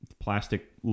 Plastic